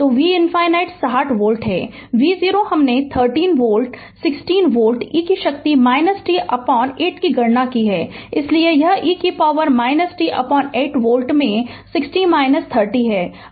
तो V ∞ 60 volt है v0 हमने 30 वोल्ट 60 वोल्ट e की शक्ति - t 8 की गणना की इसलिए यह e t8 वोल्ट में 60 30 है